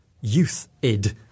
youth-id